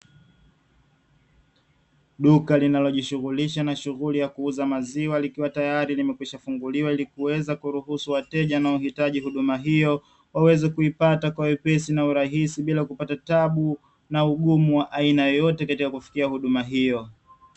Duka linalojihusisha na shunghuli ya kuuza maziwa , likiwa tayari limekwisha funguliwa , ili kuweza kuruhusu wateja wanaohitaji huduma hiyo , waweze kujipata kwa wepesi na urahisi bila kupata tabu na ugumu wa aina yoyote katika kufikia huduma hiyo.